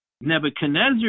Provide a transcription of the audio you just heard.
Nebuchadnezzar